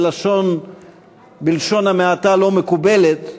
בלשון שבלשון המעטה לא מקובלת,